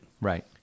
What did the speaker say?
Right